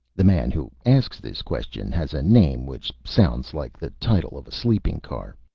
the man who asks this question has a name which sounds like the title of a sleeping car.